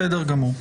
בסדר גמור.